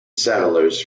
settlers